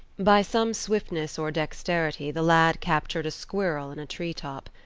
by some swiftness or dexterity the lad captured a squirrel in a tree top.